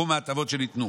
סכום ההטבות שניתנו,